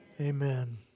amen